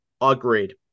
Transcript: Agreed